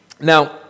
Now